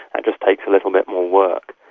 ah just takes a little bit more work.